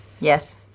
Yes